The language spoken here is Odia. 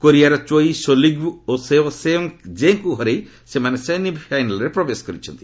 କୋରିଆର ଚୋଇ ସୋଲ୍ଗ୍ୟୁ ଓ ସେଓ ସେଓଙ୍ଗ୍ ଜେ ଙ୍କୁ ହରାଇ ସେମାନେ ସେମିଫାଇନାଲ୍ରେ ପ୍ରବେଶ କରିଛନ୍ତି